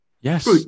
Yes